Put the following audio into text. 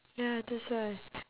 ya that's why